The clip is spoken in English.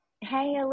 Hey